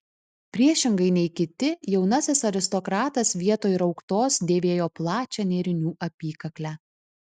priešingai nei kiti jaunasis aristokratas vietoj rauktos dėvėjo plačią nėrinių apykaklę